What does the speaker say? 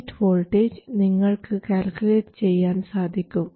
gate voltage നിങ്ങൾക്ക് calculate ചെയ്യാൻ സാധിക്കും